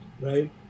right